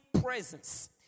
presence